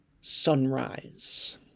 sunrise